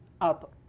up